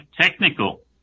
technical